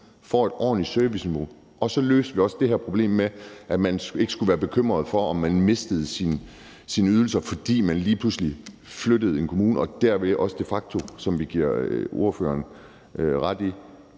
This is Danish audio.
får et ordentligt serviceniveau. Og så løser vi også det her problem med, at man ikke skal være bekymret for, om man mister sine ydelser, fordi man lige pludselig flytter til en ny kommune og derved også de facto, som vi giver ordføreren ret i,